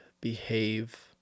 behave